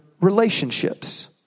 relationships